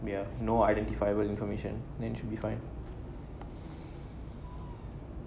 ya no identifiable information then should be fine